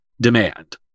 demand